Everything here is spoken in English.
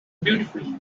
beautifully